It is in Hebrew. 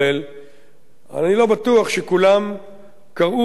אני לא בטוח שכולם קראו אותו בפירוט.